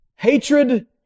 Hatred